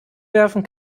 werfen